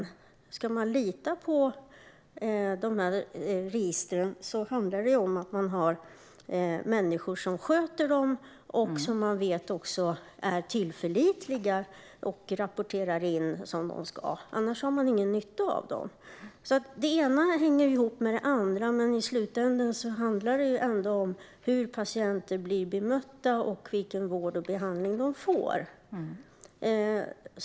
Om man ska kunna lita på registren måste det finnas människor som sköter dem, och man måste kunna lita på att de rapporterar in som de ska. Annars har man ingen nytta av registren. Det ena hänger ihop med det andra, men i slutändan handlar det om hur patienter bli bemötta och om vilken vård och behandling de får.